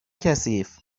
کثیف